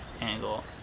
angle